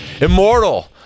Immortal